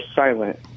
silent